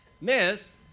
miss